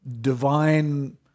divine